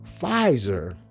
Pfizer